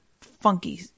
funky